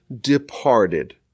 departed